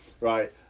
right